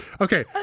okay